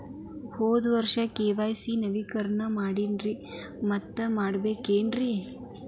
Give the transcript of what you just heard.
ಹೋದ ವರ್ಷ ಕೆ.ವೈ.ಸಿ ನವೇಕರಣ ಮಾಡೇನ್ರಿ ಮತ್ತ ಮಾಡ್ಬೇಕೇನ್ರಿ?